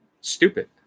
Stupid